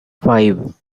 five